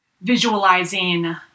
visualizing